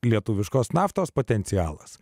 lietuviškos naftos potencialas